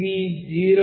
ఇది 0